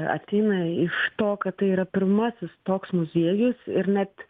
ateina iš to kad tai yra pirmasis toks muziejus ir net